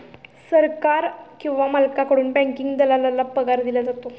सरकार किंवा मालकाकडून बँकिंग दलालाला पगार दिला जातो